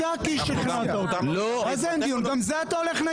גם כאן אתה הולך נגד התקנון?